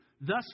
Thus